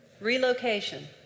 Relocation